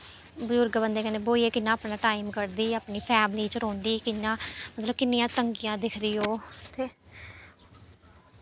बजुर्ग बंदे कन्नै ब्होइयै कियां टाईम कड्ढदी अपनी फैमली च रौंह्दी कि'यां मतलब किन्नियां तंगियां दिखदी ओह् उत्थें